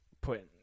put